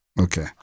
okay